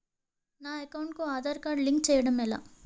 నా అకౌంట్ కు Aadhaar card link చేయడం ఎలా?